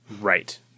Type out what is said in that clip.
Right